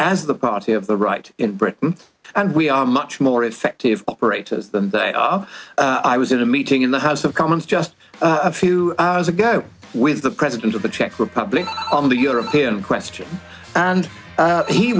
as the party of the right in britain and we are much more effective i was at a meeting in the house of commons just a few hours ago with the president of the czech republic of the european question and